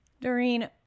Doreen